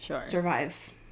survive